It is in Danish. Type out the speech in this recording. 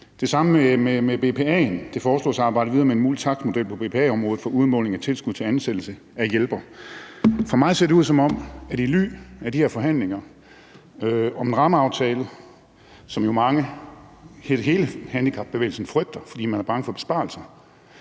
Det samme med BPA'en. Det foreslås at arbejde videre med en mulig takstmodel på BPA-området for udmåling af tilskud til ansættelse af hjælpere. For mig ser det ud, som om man i ly af de forhandlinger om en rammeaftale, som hele handicapbevægelsen frygter, fordi de er bange for besparelser,